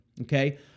Okay